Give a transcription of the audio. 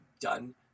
done